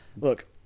Look